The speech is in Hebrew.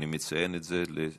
אני מציין את זה לזכותך.